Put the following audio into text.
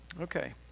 Okay